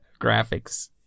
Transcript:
graphics